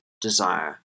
desire